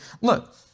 look